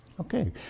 Okay